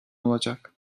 olacak